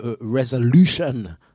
resolution